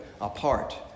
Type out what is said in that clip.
apart